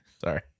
Sorry